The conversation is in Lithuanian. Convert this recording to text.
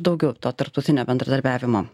daugiau to tarptautinio bendradarbiavimo